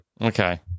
Okay